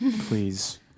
please